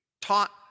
taught